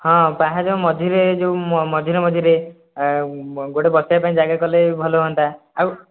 ହଁ ପାହାଡ଼ ମଝିରେ ଯେଉଁ ମଝିରେ ମଝିରେ ଗୋଟେ ବସିବା ପାଇଁ ଜାଗା କଲେ ଭଲ ହୁଅନ୍ତା ଆଉ